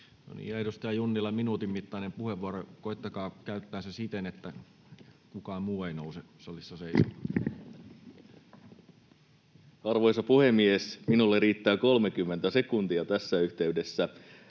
edustaja Junnila, minuutin mittainen puheenvuoro. Koettakaa käyttää se siten, että kukaan muu ei nouse salissa seisomaan. Arvoisa puhemies! Minulle riittää 30 sekuntia tässä yhteydessä.